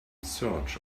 search